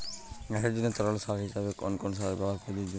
গাছের জন্য তরল সার হিসেবে কোন কোন সারের ব্যাবহার প্রযোজ্য?